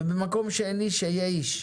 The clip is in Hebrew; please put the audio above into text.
במקום שאין איש, היה איש.